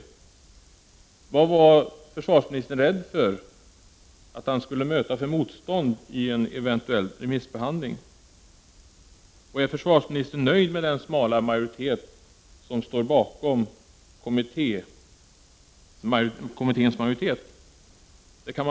Vilket motstånd var försvarsministern rädd för att han skulle möta i en eventuell remissbehandling? Är försvarsministern nöjd med den smala majoritet som står bakom kommitténs majoritetsförslag?